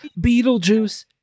Beetlejuice